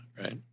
Right